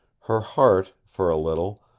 her heart, for a little,